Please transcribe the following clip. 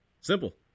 Simple